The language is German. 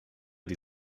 die